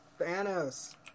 Thanos